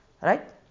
Right